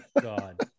God